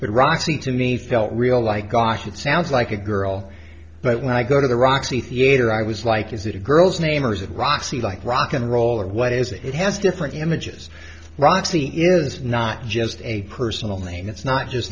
but roxy to me felt real like gosh it sounds like a girl but when i go to the roxy theatre i was like is it a girl's name or is it roxy like rock n roll or what is it has different images roxy is not just a personal name it's not just